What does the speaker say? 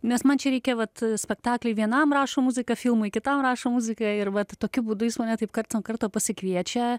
nes man čia reikia vat spektakliui vienam rašo muziką filmui kitam rašo muziką ir vat tokiu būdu jis mane taip karts nuo karto pasikviečia